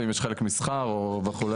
ואם יש חלק מסחר או וכו'.